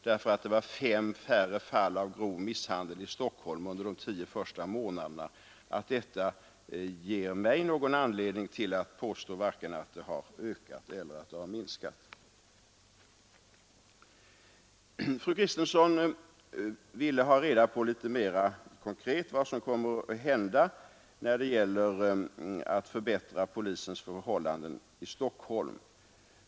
Därför att det var 5 färre fall av grov misshandel i Stockholm under de tio första månaderna vågar jag inte påstå att antalet minskat. Fru Kristensson ville mera konkret ha reda på vad som kommer att göras för att förbättra polisens förhållanden i Stockholm.